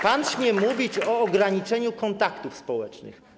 Pan śmie mówić o ograniczeniu kontaktów społecznych.